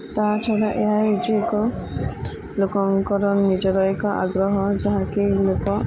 ତା'ଛଡ଼ା ଏହା ହେଉଛି ଏକ ଲୋକଙ୍କର ନିଜର ଏକ ଆଗ୍ରହ ଯାହାକି ଲୋକ